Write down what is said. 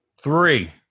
Three